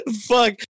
Fuck